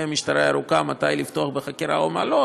המשטר הירוקה מתי לפתוח בחקירה ומתי לא,